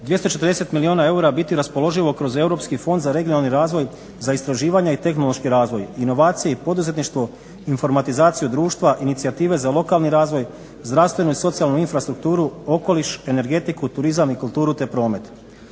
240 milijuna eura biti raspoloživo kroz Europski fond za regionalni razvoj za istraživanja i tehnološki razvoj, inovacije i poduzetništvo, informatizaciju društva, inicijative za lokalni razvoj, zdravstvenu i socijalnu infrastrukturu, okoliš, energetiku, turizam i kulturu te promet.